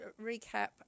recap